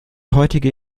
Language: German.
heutige